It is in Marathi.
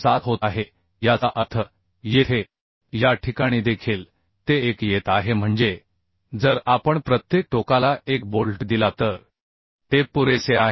7 होत आहे याचा अर्थ येथे या ठिकाणी देखील ते 1 येत आहे म्हणजे जर आपण प्रत्येक टोकाला 1 बोल्ट दिला तर ते पुरेसे आहे